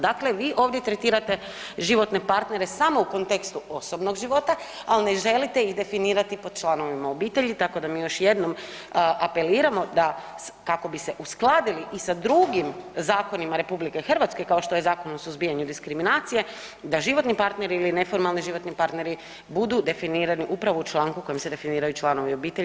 Dakle, vi ovdje tretirate životne partnere samo u kontekstu osobnog života, al ne želite ih definirati pod članovima obitelji tako da mi još jednom apeliramo da kako bi se uskladili i sa drugim zakonima RH kao što je Zakon o suzbijanju diskriminacije da životni partneri ili neformalni životni partneri budu definirani upravo u članku kojim se definiraju članovi obitelji.